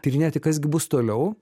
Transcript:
tyrinėti kas gi bus toliau